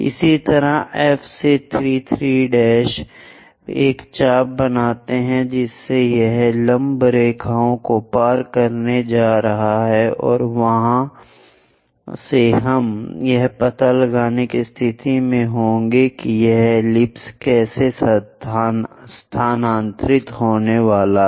इसी तरह F से 3 3 एक चाप बनाते हैं जिससे यह लंब रेखाओं को पार करने जा रहा है और वहां से हम यह पता लगाने की स्थिति में होंगे कि यह एलिप्स कैसे स्थानांतरित होने जा रहा है